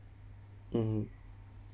mmhmm